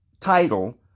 title